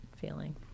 feeling